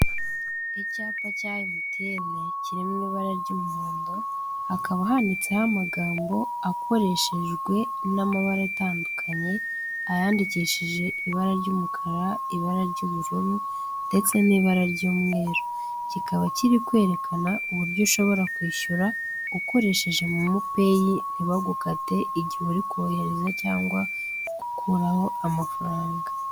Icyapa cya MTN kiri mu ibara ry'umuhondo, hakaba handitseho amagambo akoreshejwe n'amabara atandukanye, ayandikishije ibara ry'umukara, ibara ry'ubururu ndetse n'ibara ry'umweru. Kikaba kiri kwerekana uburyo ushobora kwishyura ukoresheje momo peyi ntibagukate, igihe uri kohereza cyangwa gukuraho amafaranga.